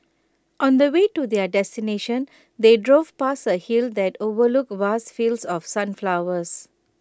on the way to their destination they drove past A hill that overlooked vast fields of sunflowers